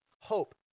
hope